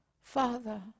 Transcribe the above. Father